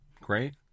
Great